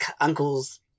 uncle's